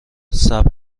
صبر